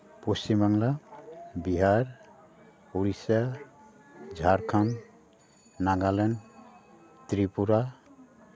Paschim Bangla Bihar Orissa Jharkhand Nagaland Tripura